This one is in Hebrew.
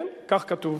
כן, כך כתוב.